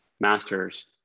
masters